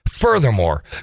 Furthermore